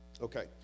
okay